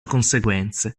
conseguenze